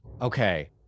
Okay